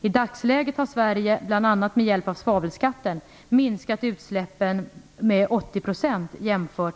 I dagsläget har Sverige, bl.a. med hjälp av svavelskatten, minskat utsläppen med 80 %